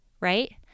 right